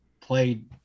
played